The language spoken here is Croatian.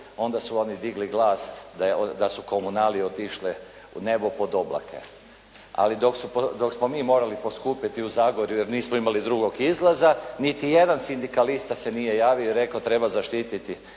onda su oni digli glas da su komunalije otišle nebu pod oblake. Ali dok smo mi morali poskupiti u Zagorju jer nismo imali drugog izlaza niti jedan sindikalista se nije javio i rekao treba zaštititi